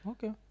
Okay